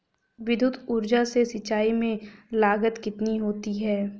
विद्युत ऊर्जा से सिंचाई में लागत कितनी होती है?